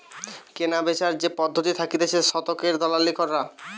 কেনাবেচার যে পদ্ধতি থাকতিছে শতকের দালালি করা